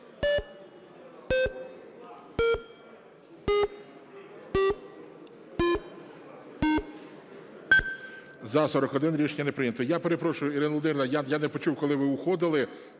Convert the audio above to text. За-41 Рішення не прийнято. Я перепрошую, Ірино Володимирівно, я не почув, коли ви уходили,